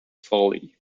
folly